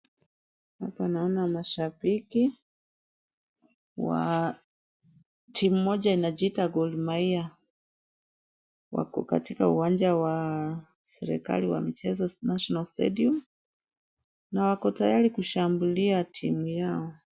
Hapa naona mashabiki, wa timu moja inajita Gor mahia, wako katika uwanja wa serikali wa Mchezo National Stadium na wako tayari kushambulia timu yao.